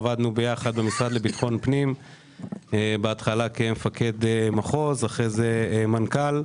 עבדנו יחד במשרד לביטחון פנים בהתחלה כמפקד מחוז ואחרי זה כמנכ"ל,